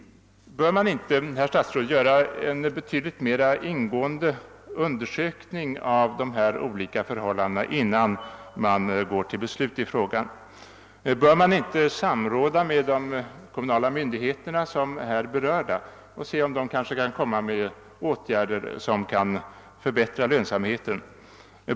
Bör man inte, herr statsråd, göra-en betydligt mera ingående undersökning av de olika förhållandena innan man går till beslut: i frågan? Bör man inte samråda med de kommunala myndig heter som här är berörda och se om de kan komma med förslag till åtgärder som förbättrar lönsamheten?